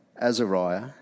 Azariah